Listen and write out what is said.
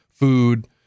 food